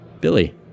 Billy